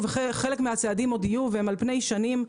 וחלק מהצעדים עוד יהיו והם על פני שנים.